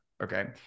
Okay